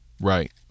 Right